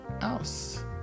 else